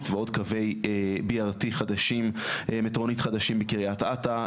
ועוד קווי BRT חדשים מטרונית חדשים בקרית אתא,